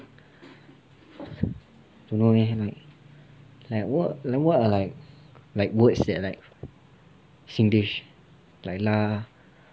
don't know leh like what like what what are words that are singlish like lah